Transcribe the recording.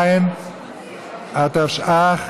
התשע"ח.